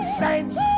saints